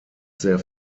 sehr